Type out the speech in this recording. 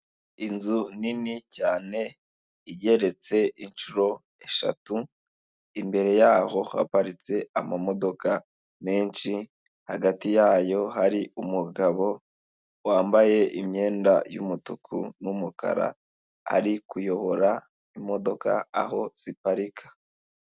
Inzu nini cyane igereretse inshuro eshatu, imbere yaho haparitse amamodoka menshi hagati yayo hari umugabo wambaye imyenda y'umutuku n'umukara ari kuyobora imodoka aho ziparika.